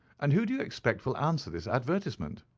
and who do you expect will answer this advertisement.